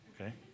Okay